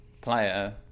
player